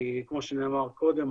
כמו שנאמר קודם,